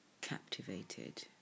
captivated